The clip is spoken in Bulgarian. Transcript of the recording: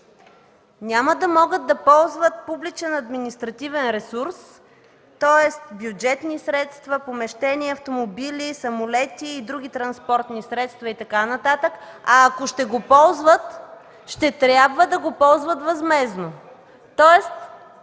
няма да могат да ползват публичен административен ресурс, тоест бюджетни средства, помещения, автомобили, самолети и други транспортни средства и така нататък. А, ако ще го ползват, ще трябва да го ползват възмездно, тоест